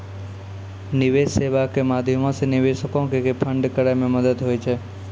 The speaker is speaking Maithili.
निवेश सेबा के माध्यमो से निवेशको के फंड करै मे मदत होय छै